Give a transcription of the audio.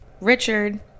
Richard